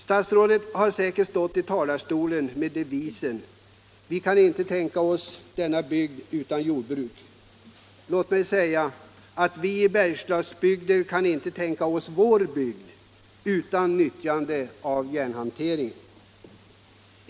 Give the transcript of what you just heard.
Statsrådet har säkerligen stått i talarstolar med devisen ”Vi kan inte tänka oss denna bygd utan jordbruk”. Låt mig säga att vi i Bergslagsområdet inte kan tänka oss vår bygd utan en järnhantering.